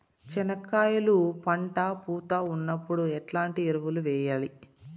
చెనక్కాయలు పంట పూత ఉన్నప్పుడు ఎట్లాంటి ఎరువులు వేయలి?